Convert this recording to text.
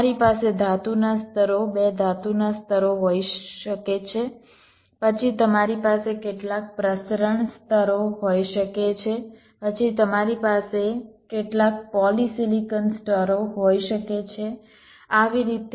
તમારી પાસે ધાતુના સ્તરો બે ધાતુના સ્તરો હોઈ શકે છે પછી તમારી પાસે કેટલાક પ્રસરણ સ્તરો હોઈ શકે છે પછી તમારી પાસે કેટલાક પોલિસિલિકોન સ્તરો હોઈ શકે છે આવી રીતે